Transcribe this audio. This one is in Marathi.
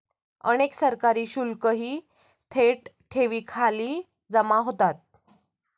अनेक सरकारी शुल्कही थेट ठेवींखाली जमा होतात